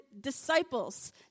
disciples